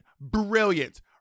brilliant